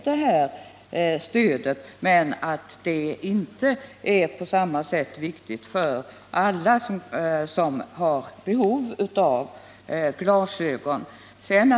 Det är inte viktigt på samma sätt för alla som har behov av glasögon.